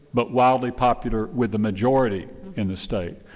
but wildly popular with the majority in the state.